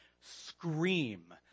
scream